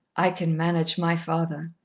i can manage my father,